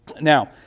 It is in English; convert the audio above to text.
Now